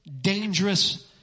dangerous